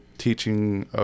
teaching